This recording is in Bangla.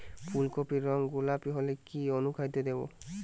ফুল কপির রং গোলাপী হলে কি অনুখাদ্য দেবো?